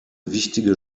wichtige